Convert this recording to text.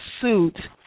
suit